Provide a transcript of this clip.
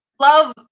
love